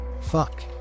Fuck